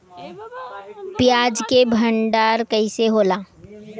प्याज के भंडारन कइसे होला?